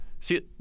See